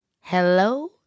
Hello